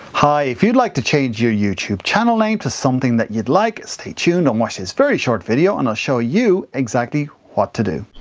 hi, if you'd like to change your youtube channel name to something that you'd like, stay tuned and watch this very short video and i'll show you, exactly, what to do.